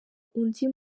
undi